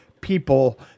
people